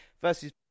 versus